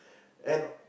and